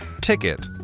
Ticket